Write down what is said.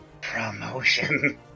promotion